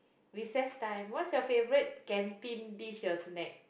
recess time what's your favourite canteen dish or snack